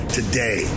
today